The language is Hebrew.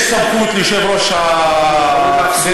יש סמכות ליושב-ראש הכנסת,